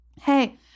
Hey